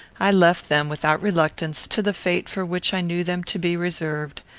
i left them, without reluctance, to the fate for which i knew them to be reserved,